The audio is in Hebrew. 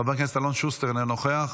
חבר הכנסת אלון שוסטר, אינו נוכח,